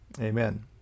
amen